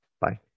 Bye